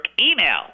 email